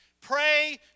Pray